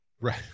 Right